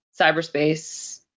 cyberspace